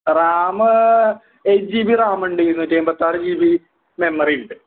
RAM eight G B RAM ഉണ്ട് ഇരുന്നൂറ്റിഎൺപത്താറ് G B memory ഉണ്ട്